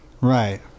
Right